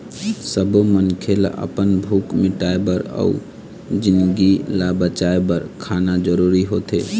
सब्बो मनखे ल अपन भूख मिटाउ बर अउ जिनगी ल बचाए बर खाना जरूरी होथे